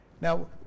Now